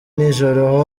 nijoro